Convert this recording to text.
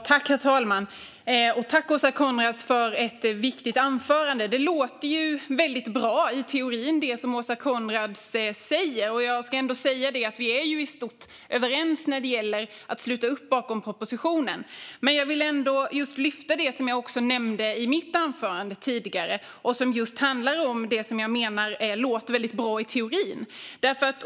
Herr talman! Tack, Åsa Coenraads, för ett viktigt anförande! Det som Åsa Coenraads säger låter väldigt bra i teorin, och vi är ju i stort överens när det gäller att sluta upp bakom propositionen. Jag vill ändå lyfta fram det som jag nämnde i mitt anförande tidigare, och som just handlar om det som jag menar låter väldigt bra i teorin.